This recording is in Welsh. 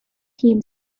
hun